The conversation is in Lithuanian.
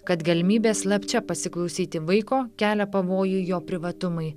kad galimybė slapčia pasiklausyti vaiko kelia pavojų jo privatumui